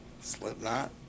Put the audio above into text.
Slipknot